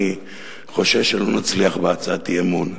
אני חושש שלא נצליח בהצעת האי-אמון,